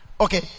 Okay